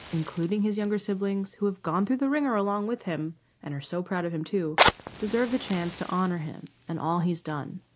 including his younger siblings who have gone through the ringer along with him and are so proud of him to deserve the chance to honor him and all he's done.